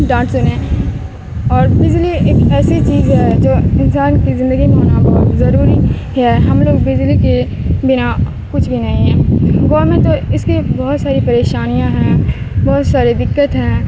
ڈانٹ سنیں اور بجلی ایک ایسی چیز ہے جو انسان کی زندگی میں ہونا بہت ضروری ہے ہم لوگ بجلی کے بنا کچھ بھی نہیں ہیں گاؤں میں تو اس کی بہت ساری پریشانیاں ہیں بہت ساری دقت ہیں